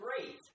great